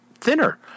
thinner